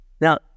Now